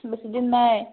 বেছি দিন নাই